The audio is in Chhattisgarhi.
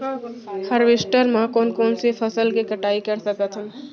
हारवेस्टर म कोन कोन से फसल के कटाई कर सकथन?